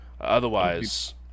otherwise